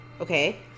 Okay